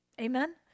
Amen